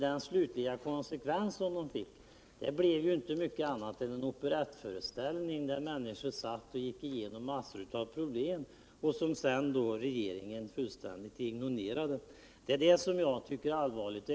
Det slutliga resultatet av dessa förhandlingar blev inte mycket annat än en operettföreställning; där satt människor och gick igenom massor av problem som regeringen sedan fullständigt ignorerade. Det är detta jag tycker är allvarligt.